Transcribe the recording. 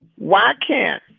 why can't